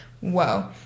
whoa